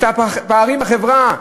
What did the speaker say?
את הפערים בחברה,